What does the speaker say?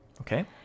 Okay